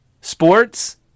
sports